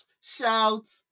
shout